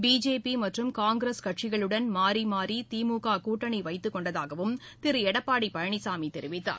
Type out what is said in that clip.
BJP மற்றும் காங்கிரஸ் கட்சிகளுடன் மாறி மாறி திமுக கூட்டணி வைத்துக் கொண்டதாகவும் திரு எடப்பாடி பழனிசாமி தெரிவித்தார்